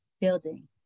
building